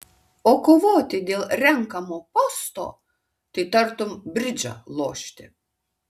o kovoti dėl renkamo posto tai tartum bridžą lošti